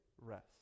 rest